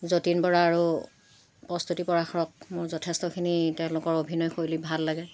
যতীন বৰা আৰু প্ৰস্তুতি পৰাশৰক মোৰ যথেষ্টখিনি তেওঁলোকৰ অভিনয়শৈলী ভাল লাগে